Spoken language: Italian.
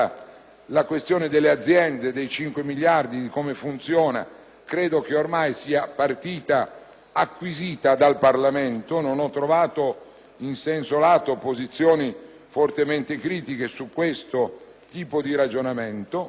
la questione delle aziende, dei cinque miliardi e di come funziona, credo che sia ormai una partita acquisita dal Parlamento. Non ho trovato, in senso lato, opposizioni fortemente critiche su questo ragionamento